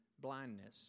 blindness